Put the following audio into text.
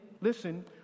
listen